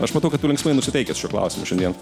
aš matau kad tu linksmai nusiteikęs šiuo klausimu šiandien